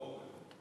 העורף.